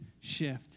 shift